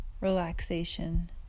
relaxation